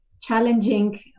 challenging